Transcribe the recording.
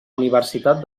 universitat